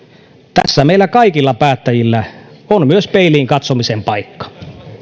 tässä meillä kaikilla päättäjillä on myös peiliin katsomisen paikka